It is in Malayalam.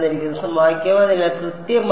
അതിനാൽ കൃത്യമായി